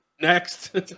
next